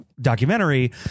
documentary